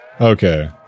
Okay